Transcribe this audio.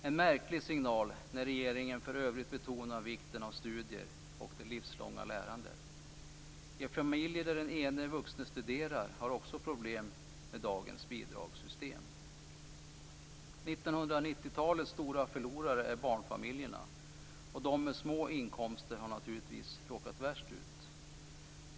En märklig signal när regeringen för övrigt betonar vikten av studier och det livslånga lärandet. En familj där den ene vuxne studerar har också problem med dagens bidragssystem. 1990-talets stora förlorare är barnfamiljerna. De med små inkomster har naturligtvis råkat värst ut.